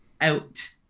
out